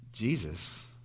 Jesus